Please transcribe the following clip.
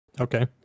Okay